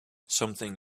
something